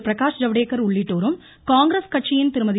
பிரகாஷ் ஜவ்டேகர் உள்ளிட்டோரும் காங்கிரஸ் கட்சியின் திருமதி